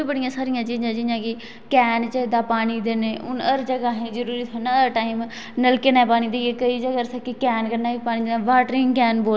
गंढे लाओ टमाटर लाओ देही लेओ मिक्स करियै खाओ जेह्ड़ी चीज ताकत देऐ ओह् चीज नीं खाओ जेह्ड़ी ताकत नीं होवै चीज सिर्फ फैटस देऐ बंद करनियां चाही दियां बच्चें